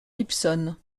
gibson